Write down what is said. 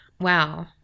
Wow